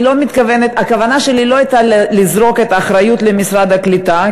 הכוונה שלי לא הייתה לזרוק את האחריות למשרד הקליטה,